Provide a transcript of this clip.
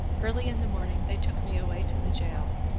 early in the morning they took me away to the jail.